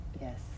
Yes